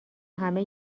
همه